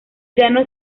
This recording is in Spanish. llano